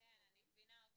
--- אני מבינה אותך.